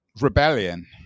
rebellion